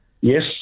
Yes